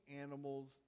animals